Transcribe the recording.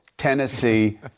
Tennessee